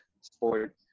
sport